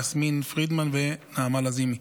יסמין פרידמן ונעמה לזימי.